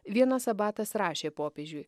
vienas abatas rašė popiežiui